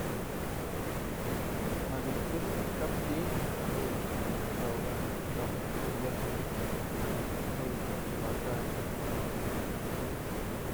Mach ëch këxpë pues kap ti'i jadun ëch dun nëyaj t'sokayn kabëmët's dun myëjë jaduyë ëch dun wa'atañ.